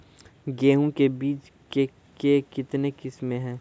गेहूँ के बीज के कितने किसमें है?